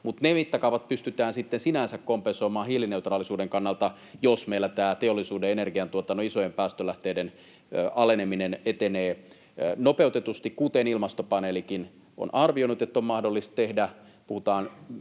Mutta ne mittakaavat pystytään sitten sinänsä kompensoimaan hiilineutraalisuuden kannalta, jos meillä tämä teollisuuden energiantuotannon isojen päästölähteiden aleneminen etenee nopeutetusti, kuten Ilmastopaneelikin on arvioinut, että on mahdollista tehdä. Puhutaan